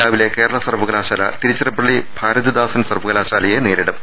രാവിലെ കേരള സർവ്വകലാശാല തിരുച്ചിറ പ്പള്ളി ഭാരതിദാസൻ സർവ്വകലാശാലയെ നേരിടും